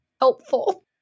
helpful